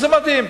זה מדהים.